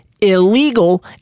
illegal